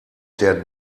der